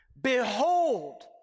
Behold